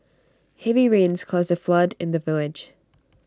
heavy rains caused A flood in the village